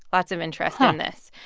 lots of interest on this.